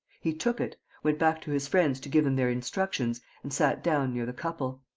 he took it, went back to his friends to give them their instructions and sat down near the couple.